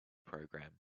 program